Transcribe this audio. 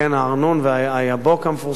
הארנון והיבוק המפורסם וכו'